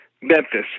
Memphis